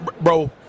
Bro